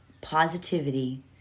positivity